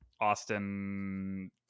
Austin